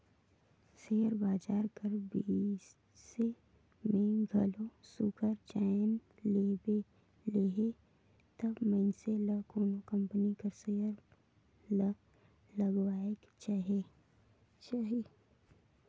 share बजार कर बिसे में घलो सुग्घर जाएन लेहे तब मइनसे ल कोनो कंपनी कर सेयर ल लगाएक चाही